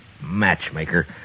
matchmaker